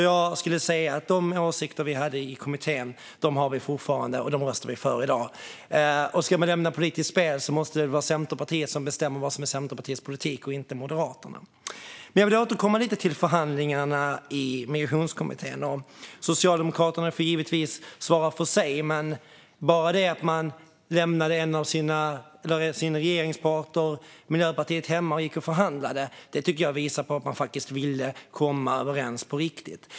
Jag skulle säga att de åsikter vi hade i kommittén har vi fortfarande, och dem röstar vi för i dag. Och ska man nämna politiskt spel måste det väl vara Centerpartiet som bestämmer vad som är Centerpartiets politik, inte Moderaterna. Jag vill återkomma lite till förhandlingarna i Migrationskommittén. Socialdemokraterna får givetvis svara för sig, men bara det att man lämnade sin regeringspartner Miljöpartiet hemma och gick och förhandlade tycker jag visar att man faktiskt ville komma överens på riktigt.